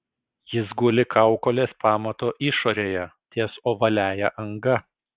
jis guli kaukolės pamato išorėje ties ovaliąja anga